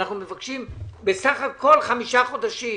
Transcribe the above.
אנחנו מבקשים בסך הכול חמישה חודשים.